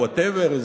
או עם שלט כלשהו.